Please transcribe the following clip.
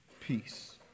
peace